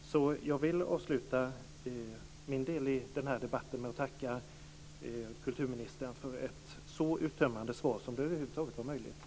Så jag vill avsluta min medverkan i den här debatten med att tacka kulturministern för ett så uttömmande svar som det över huvud taget är möjligt att ge.